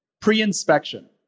pre-inspection